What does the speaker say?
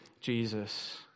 Jesus